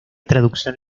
traducción